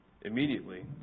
immediately